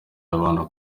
abantu